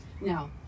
Now